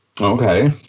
Okay